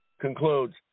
concludes